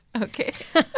Okay